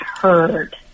heard